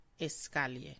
escalier